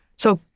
so,